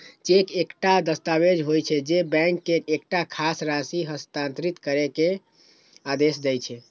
cheque एकटा दस्तावेज होइ छै, जे बैंक के एकटा खास राशि हस्तांतरित करै के आदेश दै छै